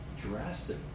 drastic